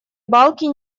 балки